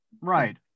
right